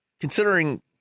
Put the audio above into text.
considering